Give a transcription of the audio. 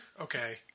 Okay